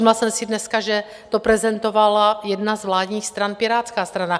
Všimla jsem si dneska, že to prezentovala jedna z vládních stran, Pirátská strana.